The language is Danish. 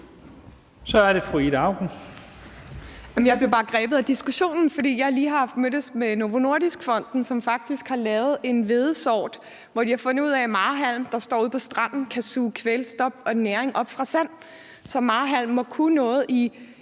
Kl. 14:32 Ida Auken (S): Jeg blev bare grebet af diskussionen, fordi jeg lige er mødtes med Novo Nordisk Fonden, som faktisk har lavet noget med en hvedesort. De har fundet ud af, at marehalm, der står ude på stranden, kan suge kvælstof og næring op fra sand, så marehalm må kunne noget i